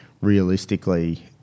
realistically